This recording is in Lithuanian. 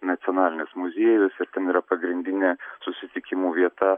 nacionalinis muziejus ir ten yra pagrindinė susitikimų vieta